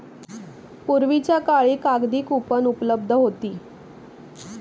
पूर्वीच्या काळी कागदी कूपन उपलब्ध होती